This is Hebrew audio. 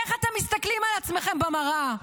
איך אתם מסתכלים על עצמכם במראה?